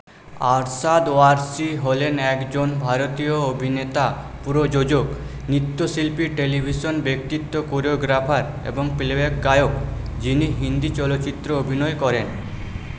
আরশাদ ওয়ারসি হলেন একজন ভারতীয় অভিনেতা প্রযোজক নৃত্যশিল্পী টেলিভিশন ব্যক্তিত্ব কোরিওগ্রাফার এবং প্লেব্যাক গায়ক যিনি হিন্দি চলচ্চিত্র অভিনয় করেন